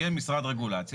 יהיה משרד רגולציה.